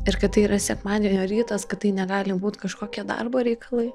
ir kad tai yra sekmadienio rytas kad tai negali būt kažkokie darbo reikalai